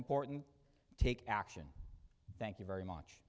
important take action thank you very much